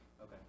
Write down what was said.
Okay